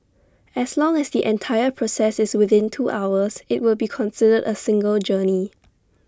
as long as the entire process is within two hours IT will be considered A single journey